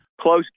close